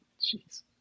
Jeez